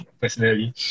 personally